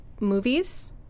movies